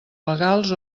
legals